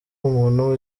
umuntu